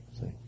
see